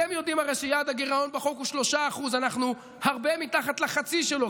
הרי אתם יודעים שיעד הגירעון בחוק הוא 3%; אנחנו הרבה מתחת לחצי שלו.